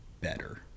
better